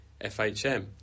FHM